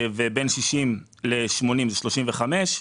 בין 60% 80% זה 35%,